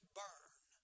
burn